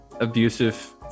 abusive